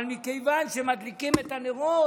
אבל מכיוון שמדליקים את הנרות,